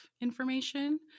information